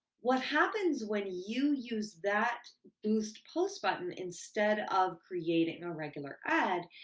what happens when you use that boost post button instead of creating a regular ad,